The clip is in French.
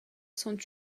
sont